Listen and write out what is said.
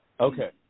Okay